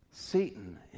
Satan